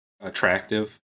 attractive